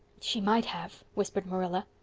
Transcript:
she might have, whispered marilla.